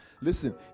listen